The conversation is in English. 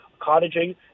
cottaging